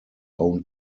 own